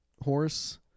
horse